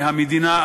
מהמדינה,